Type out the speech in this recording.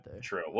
True